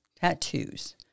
tattoos